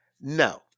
no